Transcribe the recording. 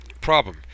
problem